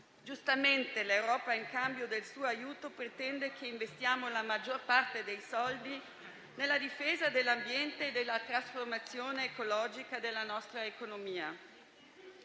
Giustamente l'Europa, in cambio del suo aiuto, pretende che investiamo la maggior parte dei soldi nella difesa dell'ambiente e nella trasformazione ecologica della nostra economia.